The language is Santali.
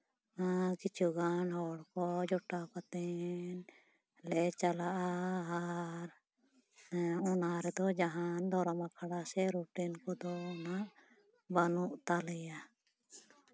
ᱟᱨ ᱠᱤᱪᱷᱩ ᱜᱟᱱ ᱦᱚᱲ ᱠᱚ ᱡᱚᱴᱟᱣ ᱠᱟᱛᱮᱫ ᱞᱮ ᱪᱟᱞᱟᱜᱼᱟ ᱟᱨ ᱚᱱᱟ ᱨᱮᱫᱚ ᱡᱟᱦᱟᱱ ᱫᱷᱚᱨᱚᱢ ᱟᱠᱷᱲᱟ ᱥᱮ ᱨᱩᱴᱮᱱ ᱠᱚᱫᱚ ᱚᱱᱟ ᱵᱟᱹᱱᱩᱜ ᱛᱟᱞᱮᱭᱟ